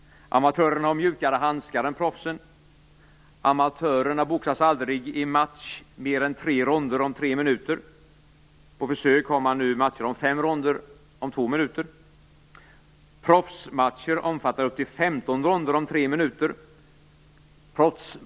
Amatörerna har mjukare handskar än proffsen. Amatörerna boxas aldrig i match mer än tre ronder om tre minuter. På försök har man nu matcher om fem ronder om två minuter. Proffsmatcher omfattar upp till femton ronder om tre minuter.